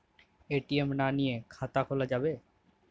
ATM না নিয়ে খাতা খোলা যাবে?